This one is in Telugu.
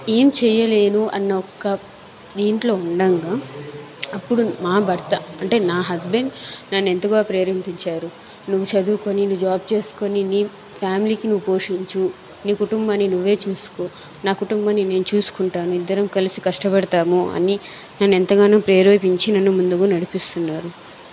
ఏం చెయ్యలేను అన్న ఒక్క దీంట్లో ఉండంగా అప్పుడు మా భర్త అంటే నా హస్బెండ్ నన్నెంతగా ప్రేరేపించారు నువ్వు చదువుకొని నీ జాబ్ చేసుకొని నీ ఫ్యామిలీకి నువ్వు పోషించు నీ కుటుంబాన్ని నువ్వే చూసుకో నా కుటుంబాన్ని నేను చూసుకుంటాను ఇద్దరం కలిసి కష్టపడతాము అని నన్నెంతగానో ప్రేరేపించి నన్ను ముందుకు నడిపిస్తున్నారు